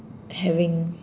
having